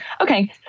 Okay